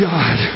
God